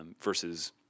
versus